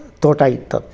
ತೋಟ ಇತ್ತು